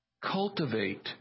Cultivate